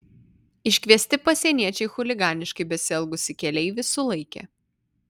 iškviesti pasieniečiai chuliganiškai besielgusį keleivį sulaikė